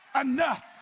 enough